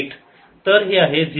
तर हे आहे 0